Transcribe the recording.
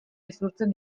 isurtzen